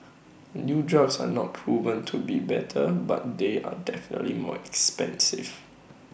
and new drugs are not proven to be better but they are definitely more expensive